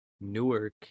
Newark